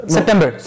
September